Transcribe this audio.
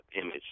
image